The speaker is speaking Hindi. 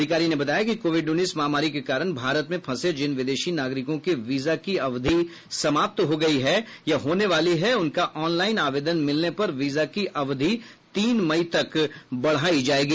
अधिकारी ने बताया कि कोविड उन्नीस महामारी के कारण भारत में फंसे जिन विदेशी नागरिकों के वीजा की अवधि समाप्त हो गई है या होने वाली है उनका ऑनलाइन आवेदन मिलने पर वीजा की अवधि तीन मई तक बढ़ाई जाएगी